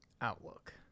outlook